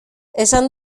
esan